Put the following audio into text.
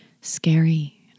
scary